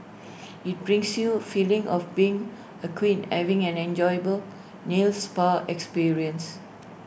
IT brings you feeling of being A queen having an enjoyable nail spa experience